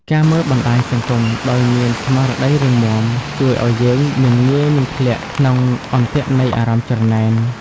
ការមើលបណ្តាញសង្គមដោយមាន "ស្មារតីរឹងមាំ" ជួយឱ្យយើងមិនងាយនឹងធ្លាក់ក្នុងអន្ទាក់នៃអារម្មណ៍ច្រណែន។